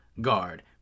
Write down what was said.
guard